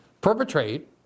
perpetrate